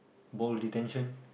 ball detention